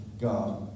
God